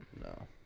No